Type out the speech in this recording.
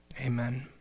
Amen